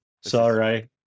Sorry